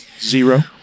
Zero